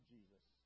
Jesus